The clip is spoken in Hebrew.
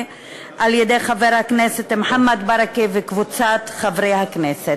על-ידי חבר הכנסת מוחמד ברכה וקבוצת חברי הכנסת.